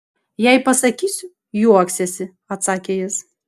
jei pasakysiu juoksiesi atsakė jis